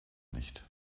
nicht